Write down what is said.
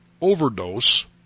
overdose